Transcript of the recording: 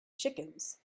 chickens